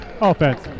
offense